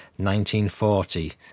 1940